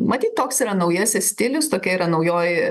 matyt toks yra naujasis stilius tokia yra naujoji